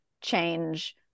change